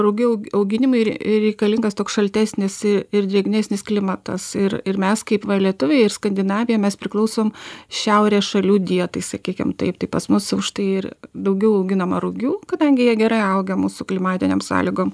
rugių aug auginimui re reikalingas toks šaltesnis ir drėgnesnis klimatas ir ir mes kaip va lietuviai ir skandinavija mes priklausom šiaurės šalių dietai sakykim taip tai pas mus užtai ir daugiau auginama rugių kadangi jie gerai auga mūsų klimatinėm sąlygom